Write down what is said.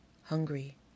hungry